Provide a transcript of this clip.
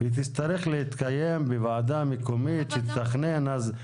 היא תצטרך להתקיים בוועדה מקומית שתתכנן.